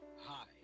Hi